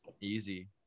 easy